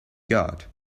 god